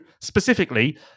specifically